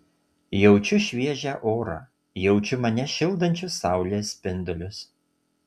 jaučiu šviežią orą jaučiu mane šildančius saulės spindulius